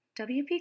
WP